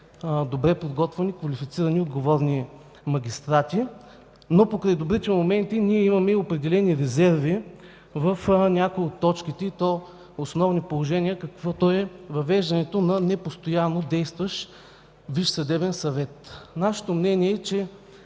добре подготвени, квалифицирани и отговорни магистрати. Покрай добрите моменти обаче имаме определени резерви по някои от точките, и то основни положения, каквото е въвеждането на непостоянно действащ Висш съдебен съвет. Нашето мнение е, че